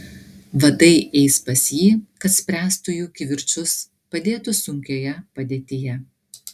vadai eis pas jį kad spręstų jų kivirčus padėtų sunkioje padėtyje